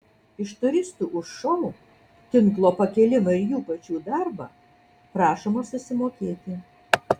iš turistų už šou tinklo pakėlimą ir jų pačių darbą prašoma susimokėti